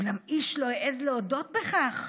אולם איש לא העז להודות בכך,